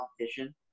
competition